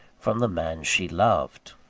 from the man she loved!